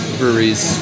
breweries